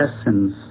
essence